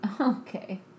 okay